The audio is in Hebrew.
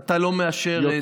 אתה לא מאשר דיוני ועדה.